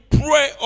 pray